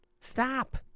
Stop